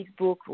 Facebook